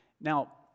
Now